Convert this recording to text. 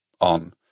on